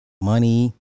Money